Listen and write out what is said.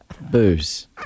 Booze